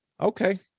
Okay